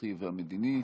האזרחי והמדיני.